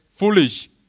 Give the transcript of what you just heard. Foolish